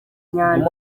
nyanza